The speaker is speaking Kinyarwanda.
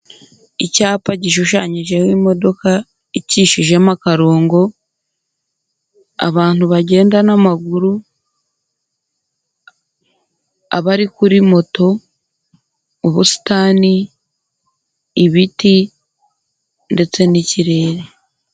Icyapa gishushanyijeho imodoka ikishijemo akarongo, abantu bagenda n'amaguru, abari kuri moto, ubusitani, ibiti ndetse n'ikirere.